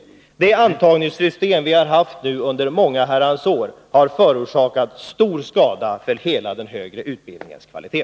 Det antagningssystem vi har haft nu under många herrans år har förorsakat stor skada för hela den högre utbildningens kvalitet.